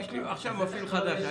עכשיו מפעיל חדש.